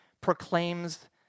proclaims